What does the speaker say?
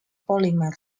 polymer